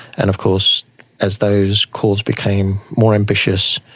and of course as those calls became more ambitious,